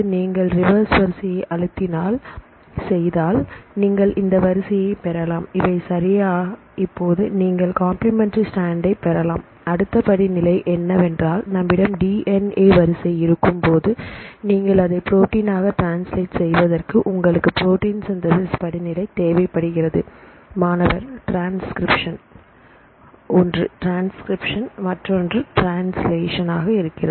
இப்பொழுது நீங்கள் ரிவர்ஸ் வரிசையை அழுத்தினாள் செய்தால் நீங்கள் இந்த வரிசையை பெறலாம் இவை சரியா இப்போது நீங்கள் கம்பிளிமெண்டரி ஸ்டாண்டை பெறலாம் அடுத்த படி நிலை என்னவென்றால் நம்மிடம் டி என் ஏ வரிசை இருக்கும் போது நீங்கள் அதை ப்ரோட்டின் ஆக ட்ரான்ஸ்லேட் செய்வதற்கு உங்களுக்கு புரோட்டின் சிந்தேசிஸ் படிநிலை தேவைப்படுகிறது மாணவர் ட்ரான்ஸ்கிரிப்ஷன் ஓன்று ட்ரான்ஸ்கிரிப்ஷன் மற்றொன்று ட்ரான்ஸ்லேஷன் ஆக இருக்கிறது